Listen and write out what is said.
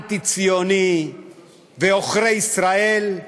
אנטי-ציוני ועוכרי ישראל,